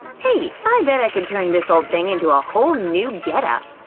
hey, i bet i could turn this old thing into a whole new get-up!